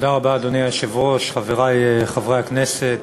אדוני היושב-ראש, תודה רבה, חברי חברי הכנסת,